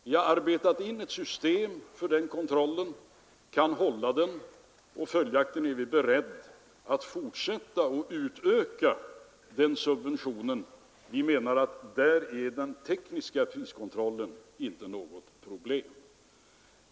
Vi har arbetat in ett system för den kontrollen, vi kan hålla den och är följaktligen beredda att subventionera ytterligare på detta begränsade område. Där är den tekniska priskontrollen inte något problem.